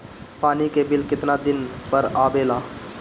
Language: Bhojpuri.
पानी के बिल केतना दिन पर आबे ला?